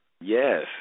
Yes